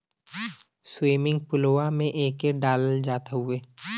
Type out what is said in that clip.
swimming पुलवा में एके डालल जात हउवे